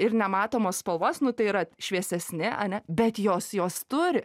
ir nematomos spalvos nu tai yra šviesesni ane bet jos juos turi